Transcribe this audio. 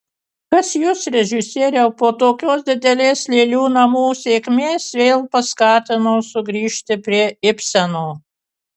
kas jus režisieriau po tokios didelės lėlių namų sėkmės vėl paskatino sugrįžti prie ibseno